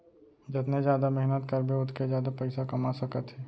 जतने जादा मेहनत करबे ओतके जादा पइसा कमा सकत हे